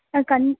ம் கண்